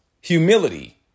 Humility